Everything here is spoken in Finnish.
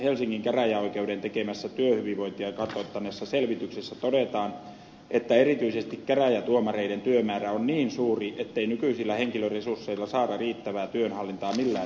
helsingin käräjäoikeuden tekemässä työhyvinvointia kartoittaneessa selvityksessä todetaan että erityisesti käräjätuomareiden työmäärä on niin suuri ettei nykyisillä henkilöresursseilla saada riittävää työnhallintaa millään työjärjestelyillä